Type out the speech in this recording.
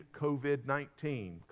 COVID-19